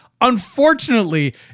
Unfortunately